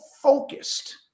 focused